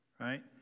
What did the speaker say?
right